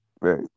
Right